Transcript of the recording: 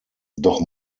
doch